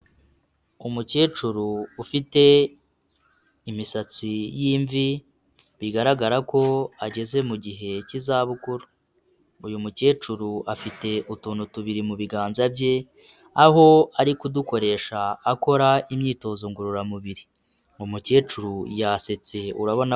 Umukecuru ufite imisatsi y'imvi, bigaragara ko ageze mu mu gihe cy'izabukuru. Uyu mukecuru afite utuntu tubiri mu biganza bye, aho ari kudukoresha akora imyitozo ngororamubiri. Umukecuru yasetse, urabona.